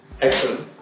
Excellent